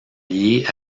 liées